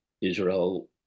Israel